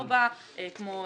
ב-7.4 כמו